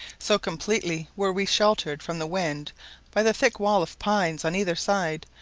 so completely were we sheltered from the wind by the thick wall of pines on either side,